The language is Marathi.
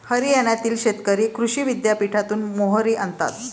हरियाणातील शेतकरी कृषी विद्यापीठातून मोहरी आणतात